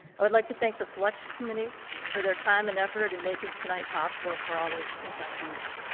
i would like to thank the selection committee for their time and effort in making tonight possible for all the inductees.